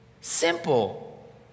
Simple